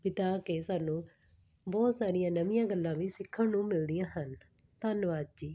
ਬਿਤਾ ਕੇ ਸਾਨੂੰ ਬਹੁਤ ਸਾਰੀਆਂ ਨਵੀਆਂ ਗੱਲਾਂ ਵੀ ਸਿੱਖਣ ਨੂੰ ਮਿਲਦੀਆਂ ਹਨ ਧੰਨਵਾਦ ਜੀ